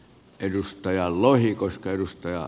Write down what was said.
edustajan lohi koska edustajaa